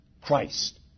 Christ